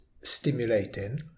stimulating